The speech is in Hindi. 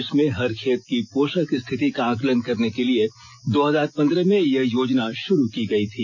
देश में हर खेत की पोषक स्थिति का आकलन करने के लिए दो हजार पंद्रह में यह योजना शुरू की गई थी